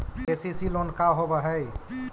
KCC loan का होब हइ?